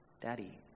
Daddy